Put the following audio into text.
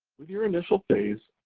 with your initial phase,